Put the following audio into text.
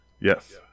Yes